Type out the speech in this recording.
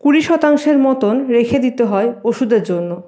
কুড়ি শতাংশের মতন রেখে দিতে হয় ওষুধের জন্য